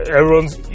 everyone's